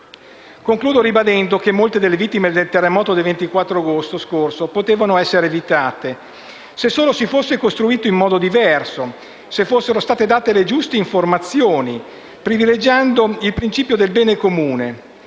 Concludo ribadendo che molte delle vittime del terremoto del 24 agosto scorso potevano essere evitate, se solo si fosse costruito in modo diverso, se fossero state date le giuste informazioni, privilegiando il principio del bene comune.